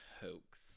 hoax